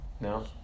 No